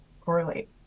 correlate